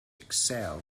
excel